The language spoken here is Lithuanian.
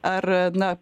ar na